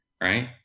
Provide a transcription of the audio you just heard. right